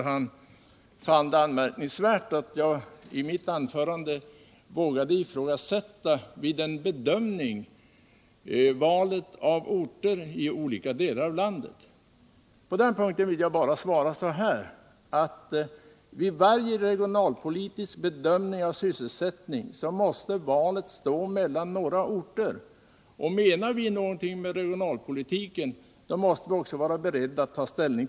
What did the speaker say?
Han fann det anmärkningsvärt alt jag I mitt anförande vågade ifrågasätta valet av orter i olika delar av landet. På den punkten vill jag svara så här: Vid varje regionalpolitisk bedömning av sysselsättning måste valet stå mellan några orter. Menar vi någonting med regionalpolitiken, så måste vi också vara beredda att ta ställning.